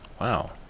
wow